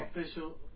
Official